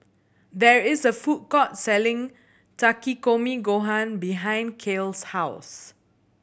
there is a food court selling Takikomi Gohan behind Kiel's house